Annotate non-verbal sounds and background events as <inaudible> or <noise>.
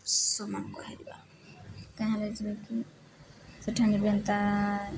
ସମାନ କହା ଯିବା କାଁ <unintelligible>